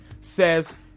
says